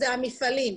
אלה המפעלים.